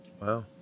Wow